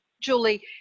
Julie